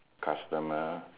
customer